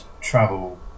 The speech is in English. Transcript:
travel